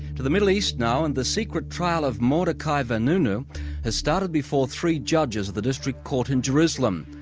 to the middle east now, and the secret trial of mordecai vanunu has started before three judges of the district court in jerusalem.